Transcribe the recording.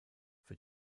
für